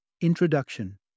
Introduction